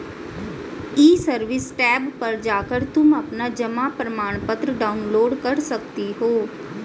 ई service tab पर जाकर तुम अपना जमा प्रमाणपत्र डाउनलोड कर सकती हो